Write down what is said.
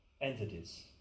entities